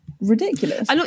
ridiculous